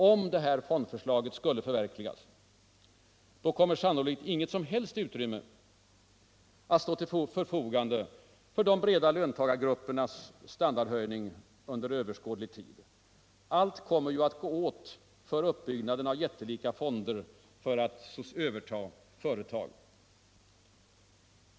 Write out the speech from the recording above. Om fondförslaget förverkligas, kommer sannolikt inget som helst utrymme att stå till förfogande för de breda löntagargruppernas standardhöjning under överskådlig tid. Allt kommer att gå åt för uppbyggnaden av jättelika fonder för att överta företag.